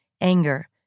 anger